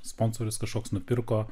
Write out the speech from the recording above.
sponsorius kažkoks nupirko